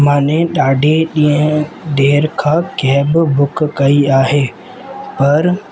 मां अने ॾाढी ॾींहं देरि खां कैब बुक कई आहे पर